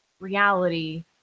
reality